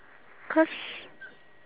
cause